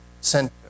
center